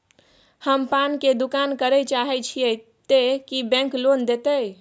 हम पान के दुकान करे चाहे छिये ते की बैंक लोन देतै?